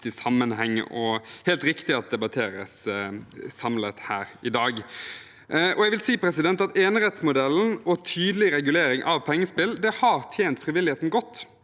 sammenheng, og det er helt riktig at det debatteres samlet her i dag. Jeg vil si at enerettsmodellen og tydelig regulering av pengespill har tjent frivilligheten godt.